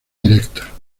directa